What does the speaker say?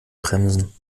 bremsen